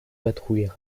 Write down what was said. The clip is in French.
patrouilles